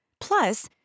Plus